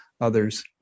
others